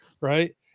Right